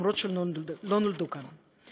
למרות שלא נולדו כאן.